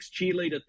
cheerleader